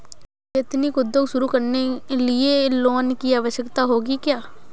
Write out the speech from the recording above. Ethnic उद्योग शुरू करने लिए लोन की आवश्यकता होगी क्या?